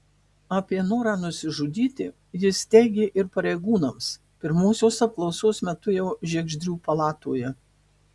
apie norą nusižudyti jis teigė ir pareigūnams pirmosios apklausos metu jau žiegždrių palatoje